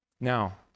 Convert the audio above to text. Now